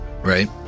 right